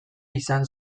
izan